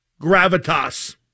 Gravitas